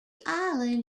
island